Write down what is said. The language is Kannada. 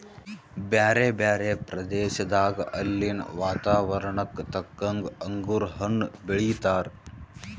ಬ್ಯಾರೆ ಬ್ಯಾರೆ ಪ್ರದೇಶದಾಗ ಅಲ್ಲಿನ್ ವಾತಾವರಣಕ್ಕ ತಕ್ಕಂಗ್ ಅಂಗುರ್ ಹಣ್ಣ್ ಬೆಳೀತಾರ್